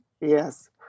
Yes